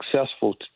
successful